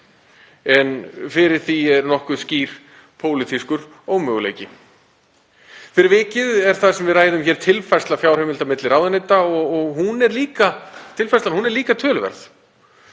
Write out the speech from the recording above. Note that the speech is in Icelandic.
en fyrir því er nokkuð skýr pólitískur ómöguleiki. Fyrir vikið er það sem við ræðum hér tilfærsla fjárheimilda milli ráðuneyta og hún er líka töluverð. Eins og hefur verið